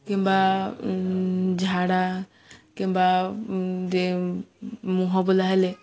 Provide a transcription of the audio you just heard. କିମ୍ବା ଝାଡ଼ା କିମ୍ବା ମୁହଁଫୁଲା ହେଲେ